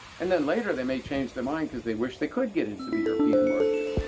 and then later they may change their mind because they wish they could get into the european market.